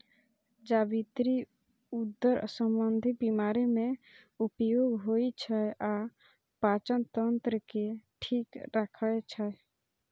जावित्री उदर संबंधी बीमारी मे उपयोग होइ छै आ पाचन तंत्र के ठीक राखै छै